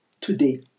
today